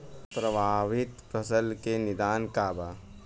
प्रभावित फसल के निदान का बा?